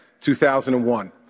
2001